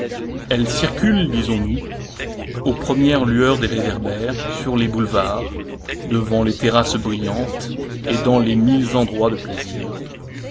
elles circulent disons-nous aux premières lueurs des réverbères sur les boulevards devant les terrasses brillantes et dans les mille endroits de plaisir